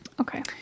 Okay